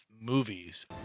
movies